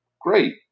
great